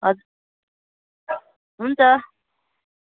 हजुर हुन्छ